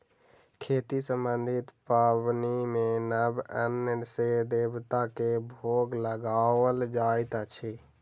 खेती सम्बन्धी पाबनि मे नव अन्न सॅ देवता के भोग लगाओल जाइत अछि